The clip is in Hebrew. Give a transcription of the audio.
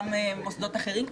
גם מוסדות אחרים,